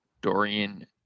Dorian